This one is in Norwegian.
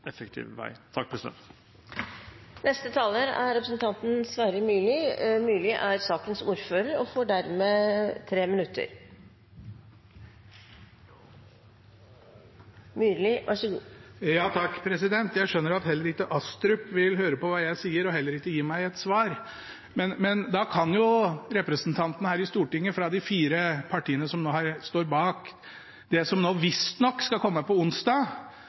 effektiv vei. Jeg skjønner at heller ikke Astrup vil høre på hva jeg sier, og heller ikke gi meg et svar. Men da kan jo representantene her i Stortinget fra de fire partiene som står bak det som nå visstnok skal komme på onsdag,